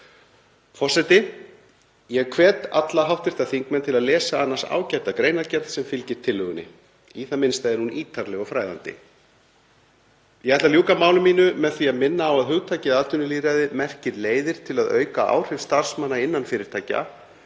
Forseti. Ég hvet alla hv. þingmenn til að lesa annars ágæta greinargerð sem fylgir tillögunni. Í það minnsta er hún ítarleg og fræðandi. Ég ætla að ljúka máli mínu með því að minna á að hugtakið atvinnulýðræði merkir leiðir til að auka áhrif starfsmanna innan fyrirtækja.